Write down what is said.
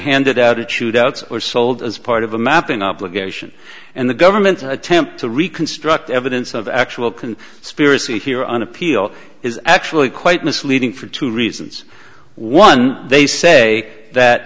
handed out of shootouts or sold as part of a mapping obligation and the government's attempt to reconstruct evidence of actual can spirity here on appeal is actually quite misleading for two reasons one they say that